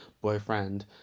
boyfriend